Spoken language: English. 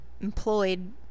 employed